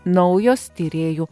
naujos tyrėjų